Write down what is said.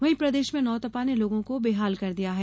वहीं प्रदेश में नौतपा ने लोगों को बेहाल कर दिया है